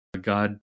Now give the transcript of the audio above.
God